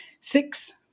six